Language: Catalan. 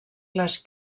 les